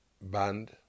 band